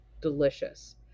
delicious